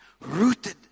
rooted